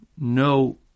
no